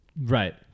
Right